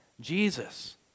Jesus